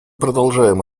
продолжаем